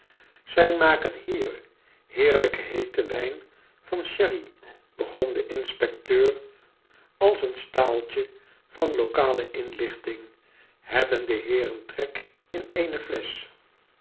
zij maken hier heerlijken heeten wijn van sherry begon de inspecteur ab een staaltje van lokale inlichting t hebben de heeren trek in